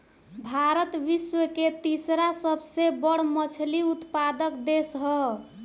भारत विश्व के तीसरा सबसे बड़ मछली उत्पादक देश ह